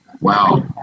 Wow